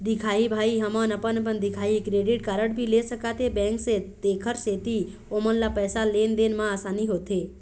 दिखाही भाई हमन अपन अपन दिखाही क्रेडिट कारड भी ले सकाथे बैंक से तेकर सेंथी ओमन ला पैसा लेन देन मा आसानी होथे?